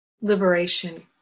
liberation